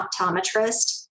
optometrist